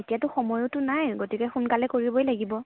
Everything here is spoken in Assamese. এতিয়াতো সময়োতো নাই গতিকে সোনকালে কৰিবই লাগিব